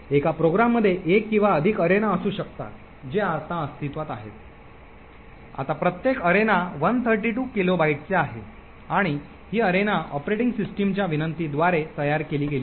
एका प्रोग्राममध्ये एक किंवा अधिक अरेना असू शकतात जे आता अस्तित्वात आहेत आता प्रत्येक अरेना 132 किलोबाइटचे आहे आणि ही अरेना ऑपरेटिंग सिस्टमच्या विनंतीद्वारे तयार केली गेली आहे